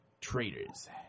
Traitors